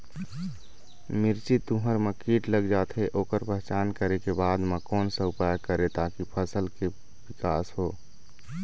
मिर्ची, तुंहर मा कीट लग जाथे ओकर पहचान करें के बाद मा कोन सा उपाय करें ताकि फसल के के विकास हो?